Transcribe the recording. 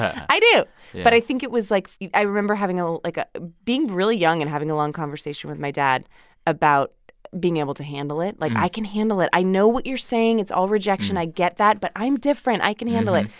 i do yeah but i think it was, like i remember having, ah like, a being really young and having a long conversation with my dad about being able to handle it. like, i can handle it i know what you're saying it's all rejection. i get that, but i'm different i can handle it.